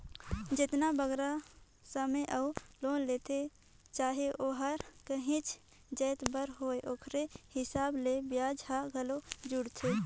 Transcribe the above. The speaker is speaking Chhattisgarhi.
जेतना बगरा समे बर लोन लेथें चाहे ओहर काहींच जाएत बर होए ओकरे हिसाब ले बियाज हर घलो जुड़थे